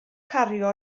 cario